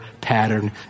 pattern